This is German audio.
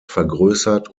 vergrößert